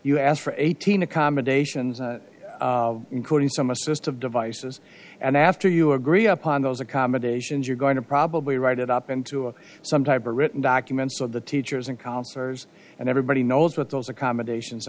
you ask for eighteen accommodations including some assistive devices and after you agree upon those accommodations you're going to probably write it up into some type a written document so the teachers in concert and everybody knows what those accommodations